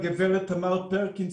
הגברת תמר פרקינס,